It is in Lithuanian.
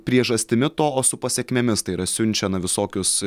priežastimi to o su pasekmėmis tai yra siunčia na visokius